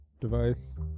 device